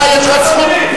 אתה יש לך זכות,